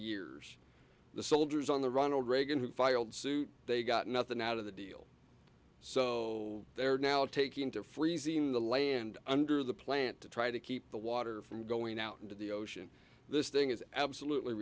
years the soldiers on the ronald reagan who filed suit they got nothing out of the deal so there are now taking to freezing the land under the plant to try to keep the water from going out into the ocean this thing is absolutely